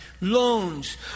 loans